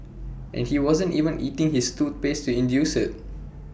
and he wasn't even eating his toothpaste to induce IT